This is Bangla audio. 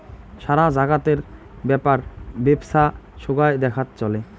সারা জাগাতের ব্যাপার বেপছা সোগায় দেখাত চলে